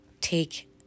take